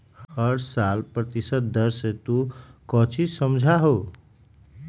हर साल प्रतिशत दर से तू कौचि समझा हूँ